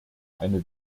eine